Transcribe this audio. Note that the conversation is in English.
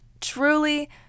truly